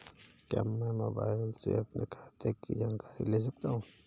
क्या मैं मोबाइल से अपने खाते की जानकारी ले सकता हूँ?